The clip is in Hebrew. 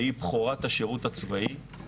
והיא בכורת השירות הצבאי.